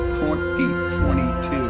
2022